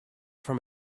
from